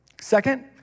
Second